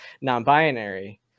non-binary